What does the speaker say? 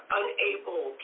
unable